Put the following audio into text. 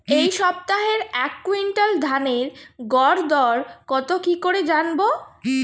এই সপ্তাহের এক কুইন্টাল ধানের গর দর কত কি করে জানবো?